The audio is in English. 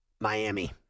Miami